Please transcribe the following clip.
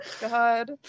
God